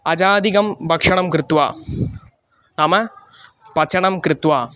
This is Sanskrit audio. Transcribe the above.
अजादिकं भक्षणं कृत्वा नाम पचनं कृत्वा